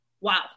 Wow